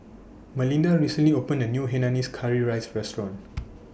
Melinda recently opened A New Hainanese Curry Rice Restaurant